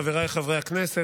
חבריי חברי הכנסת,